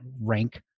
rank